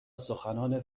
سخنان